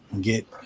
get